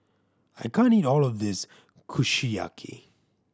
I can't eat all of this Kushiyaki